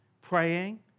praying